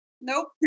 nope